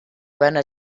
venne